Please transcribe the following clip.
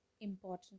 important